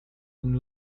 and